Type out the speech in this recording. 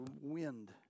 wind